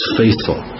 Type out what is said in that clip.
faithful